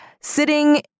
sitting